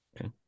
Okay